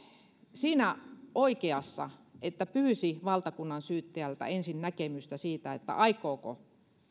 oikeassa siinä että pyysi valtakunnansyyttäjältä ensin näkemystä siitä aikooko